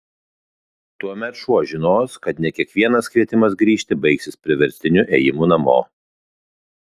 tuomet šuo žinos kad ne kiekvienas kvietimas grįžti baigsis priverstiniu ėjimu namo